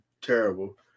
terrible